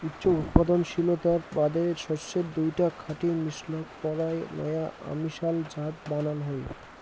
উচ্চ উৎপাদনশীলতার বাদে শস্যের দুইটা খাঁটি মিশলক পরায় নয়া অমিশাল জাত বানান হই